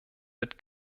mit